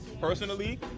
personally